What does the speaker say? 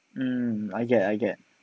mm I get I get